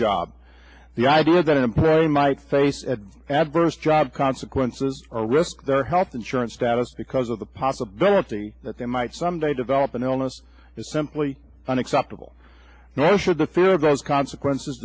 job the idea that a person might face at adverse job consequences or risk their health insurance status because of the possibility that they might someday develop an illness is simply unacceptable nor should the fear of those consequences